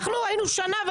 אנחנו היינו שנה.